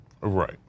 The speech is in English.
Right